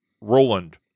Roland